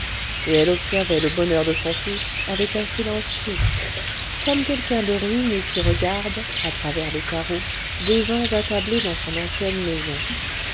et elle observait le bonheur de son fils avec un silence triste comme quelqu'un de ruiné qui regarde à travers les carreaux des gens attablés dans son ancienne maison